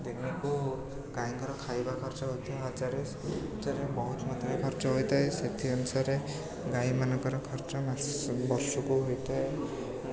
ଦିନକୁ ଗାଈଙ୍କର ଖାଇବା ଖର୍ଚ୍ଚ ହୋଉଥିବ ହଜାରେ ସେଥି ଭିତରେ ବହୁତ ମାତ୍ରାରେ ଖର୍ଚ୍ଚ ହୋଇଥାଏ ସେଥି ଅନୁସାରେ ଗାଈମାନଙ୍କର ଖର୍ଚ୍ଚ ମାସକୁ ବର୍ଷକୁ ହୋଇଥାଏ